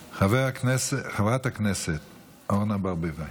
חברת הכנסת אורנה ברביבאי.